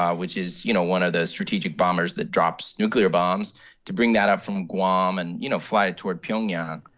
ah which is, you know, one of the strategic bombers that drops nuclear bombs to bring that up from guam and, you know, fly toward it pyongyang.